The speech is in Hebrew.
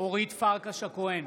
אורית מלכה סטרוק,